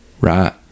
right